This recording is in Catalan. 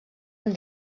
amb